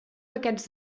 paquets